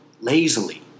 lazily